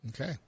Okay